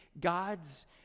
God's